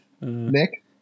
nick